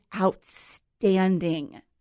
outstanding